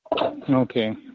okay